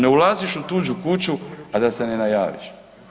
Ne ulaziš u tuđu kuću a da se ne najaviš.